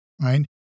right